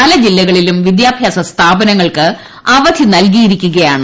പല ജില്ലകളിലും വിദ്യാഭ്യാസ സ്ഥാപനങ്ങൾക്ക് അവധി നൽകിരിക്കുകയാണ്